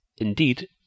indeed